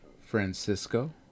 Francisco